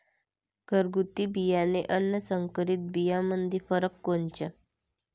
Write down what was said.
घरगुती बियाणे अन संकरीत बियाणामंदी फरक कोनचा?